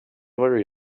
worry